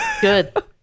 Good